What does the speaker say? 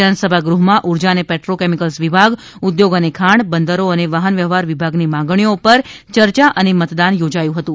વિધાનસભા ગૃહમાં ઊર્જા અને પેટ્રોકેમિકલ્સ વિભાગ ઉદ્યોગ અને ખાણ બંદરો અને વાહનવ્યવહાર વિભાગની માંગણીઓ પર ચર્ચા અને મતદાન યોજાયું હતું